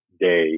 day